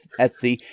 Etsy